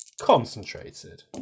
Concentrated